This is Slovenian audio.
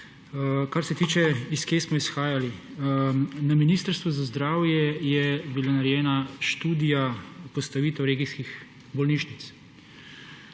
Kar se tiče tega, iz kje smo izhajali? Na Ministrstvu za zdravje je bila narejena študija – postavitev regijskih bolnišnic.